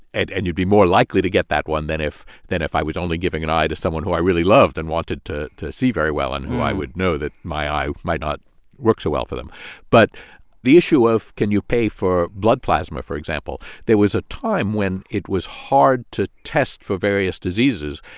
and you'd be more likely to get that one than if than if i was only giving an eye to someone who i really loved and wanted to to see very well and who i would know that my eye might not work so well for them but the issue of can you pay for blood plasma, for example, there was a time when it was hard to test for various diseases.